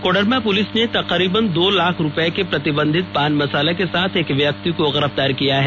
Koderma police ने तकरीबन दो लाख रुपए के प्रतिबंधित पान मसाला के साथ एक व्यक्ति को गिरफ्तार किया हैं